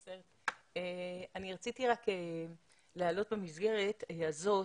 רציתי רק להעלות במסגרת הזאת,